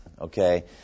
okay